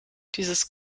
dieses